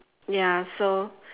ya so